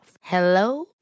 Hello